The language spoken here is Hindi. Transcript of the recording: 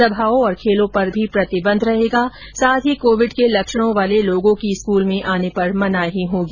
सभाओं और खेलों पर भी प्रतिबंध रहेगा साथ ही कोविड के लक्षणों वाले लोगों की स्कूल में आने पर मनाही होगी